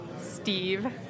Steve